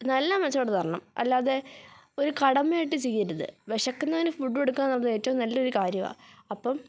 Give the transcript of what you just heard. നല്ല മനസ്സോടെ തരണം അല്ലാതെ ഒരു കടമയായിട്ടു ചെയ്യരുത് വിശക്കുന്നവന് ഫുഡ് കൊടുക്കുക എന്നു പറഞ്ഞാൽ ഏറ്റവും നല്ലൊരു കാര്യമാണ് അപ്പം